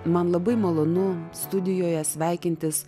man labai malonu studijoje sveikintis